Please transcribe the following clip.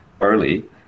Early